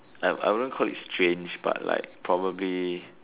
I I wouldn't call it strange but like probably